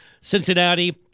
Cincinnati